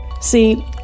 See